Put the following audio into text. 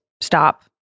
stop